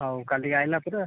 ହଉ କାଲି ଆଇଲାପରେ